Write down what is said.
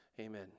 Amen